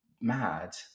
mad